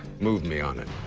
move me on it.